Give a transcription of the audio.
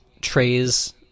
trays